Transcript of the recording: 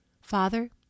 Father